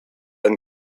ein